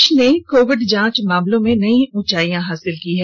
देश ने कोविड जांच मामलों में नई ऊंचाई हासिल की है